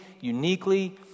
uniquely